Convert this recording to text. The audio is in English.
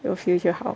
有 feel 就好